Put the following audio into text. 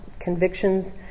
convictions